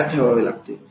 तयार ठेवावे लागते